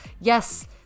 yes